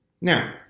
Now